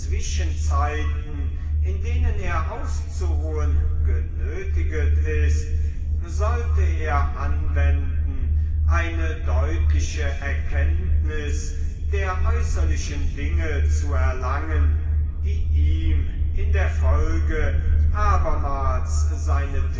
zwischenzeiten in denen er auszuruhen genötigt ist sollte er anwenden eine deutliche erkenntnis der äußerlichen dinge zu erlangen die ihm in der folge abermals seine